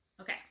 Okay